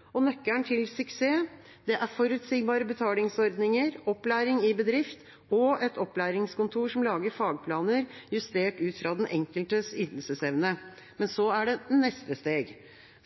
framheves. Nøkkelen til suksess er forutsigbare betalingsordninger, opplæring i bedrift og et opplæringskontor som lager fagplaner, justert ut fra den enkeltes ytelsesevne. Men så er det neste steg.